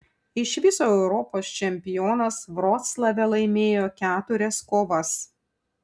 iš viso europos čempionas vroclave laimėjo keturias kovas